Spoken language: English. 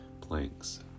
planks